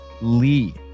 lee